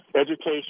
education